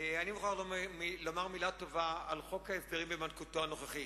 אני מוכרח לומר מלה טובה על חוק ההסדרים במתכונתו הנוכחית.